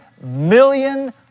million